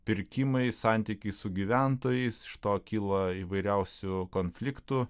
pirkimai santykiai su gyventojais iš to kyla įvairiausių konfliktų